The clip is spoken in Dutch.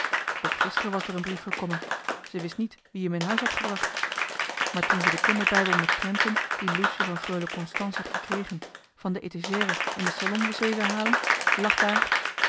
ook gisteren was d'er een brief gekommen ze wist niet wie m in huis had gebracht maar toen ze de kinderbijbel met prenten die loesje van freule constance had gekregen van de etesjere in de selon was wezen halen lag daar